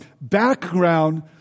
background